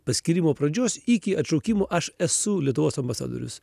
paskyrimo pradžios iki atšaukimo aš esu lietuvos ambasadorius